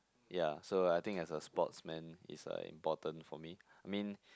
ya so I think as a sportsman it's uh important for me I mean